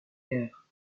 guerre